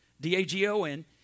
D-A-G-O-N